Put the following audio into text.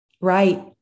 Right